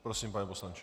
Prosím, pane poslanče.